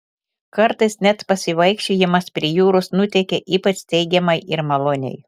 kartais net pasivaikščiojimas prie jūros nuteikia ypač teigiamai ir maloniai